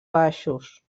baixos